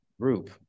group